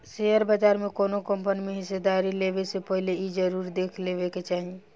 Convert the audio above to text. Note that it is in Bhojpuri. शेयर बाजार में कौनो कंपनी में हिस्सेदारी लेबे से पहिले इ जरुर देख लेबे के चाही